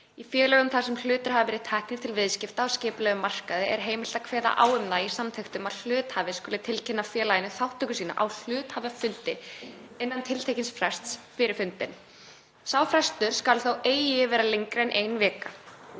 Í félögum þar sem hlutir hafa verið teknir til viðskipta á skipulegum markaði er heimilt að kveða á um það í samþykktum að hluthafi skuli tilkynna félaginu þátttöku sína á hluthafafundi innan tiltekins frests fyrir fundinn. Sá frestur skal þó eigi vera lengri en ein vika.